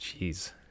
jeez